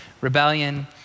rebellion